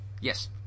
yes